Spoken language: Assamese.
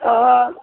অঁ